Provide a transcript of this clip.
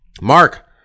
Mark